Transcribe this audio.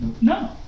No